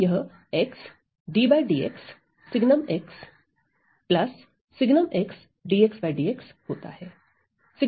तो यह होता है